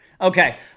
Okay